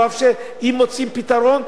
אם מוצאים פתרון,